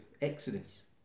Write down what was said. Exodus